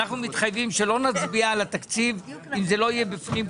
אנחנו מתחייבים שלא נצביע על התקציב אם זה לא יהיה בפנים,